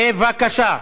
בבקשה.